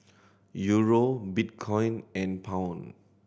Euro Bitcoin and Pound